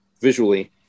visually